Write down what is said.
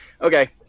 Okay